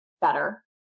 better